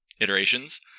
iterations